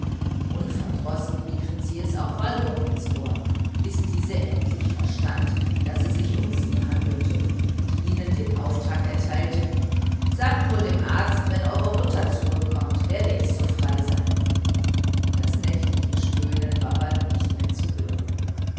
unverdrossen riefen sie es auch walburg ins ohr bis diese endlich verstand daß es sich um sie handelte und ihren auftrag erteilte sagt nur dem arzt wenn euere mutter zurückkommt werde ich so frei sein das nächtliche stöhnen war bald nimmer zu hören